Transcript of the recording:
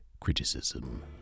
criticism